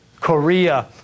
korea